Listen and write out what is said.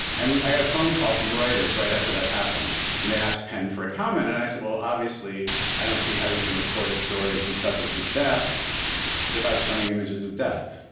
and like i got a phone call from reuters right after that happened and they ask pen for a comment and i said, well, obviously i don't see how you can report a story whose subject is death without showing images images of death.